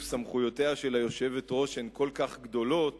סמכויותיה של היושבת-ראש הן כל כך גדולות